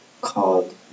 called